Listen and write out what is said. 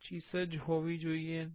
25 હોવી જોઈએ